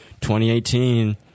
2018